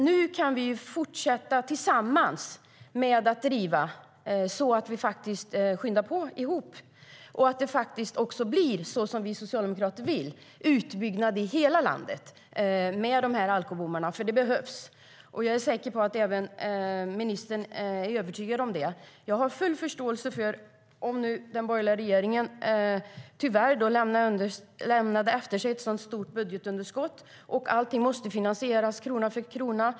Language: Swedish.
Nu kan vi tillsammans fortsätta att skynda på den så att det blir som vi socialdemokrater vill, en utbyggnad av alkobommar i hela landet. Det behövs. Jag är säker på att även ministern anser det. Den borgerliga regeringen lämnade efter sig ett stort budgetunderskott och allting måste finansieras krona för krona.